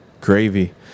gravy